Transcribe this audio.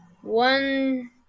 One